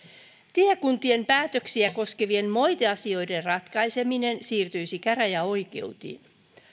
tiekuntien päätöksiä koskevien moiteasioiden ratkaiseminen siirtyisi käräjäoikeuksiin